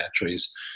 batteries